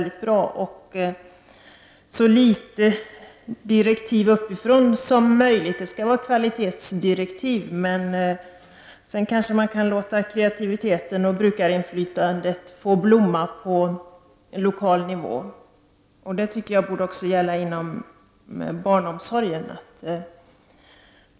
Det skall vara så få direktiv som möjligt uppifrån. Visst skall det vara kvalitetsdirektiv, men sedan kan man låta kreativiteten och brukarinflytandet få blomma på lokal nivå. Det borde också gälla inom barnomsorgen.